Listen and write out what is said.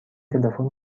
تلفن